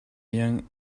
young